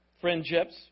Friendships